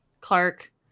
clark